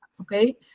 Okay